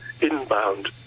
inbound